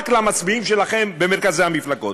רק למצביעים שלכם במרכזי המפלגות.